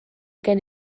gen